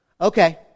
okay